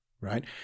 right